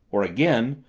or again,